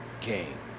game